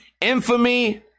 Infamy